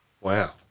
Wow